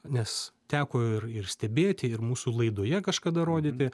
nes teko ir ir stebėti ir mūsų laidoje kažkada rodyti